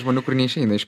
žmonių kur neišeina iš